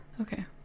Okay